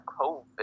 COVID